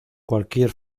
cualquier